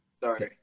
Sorry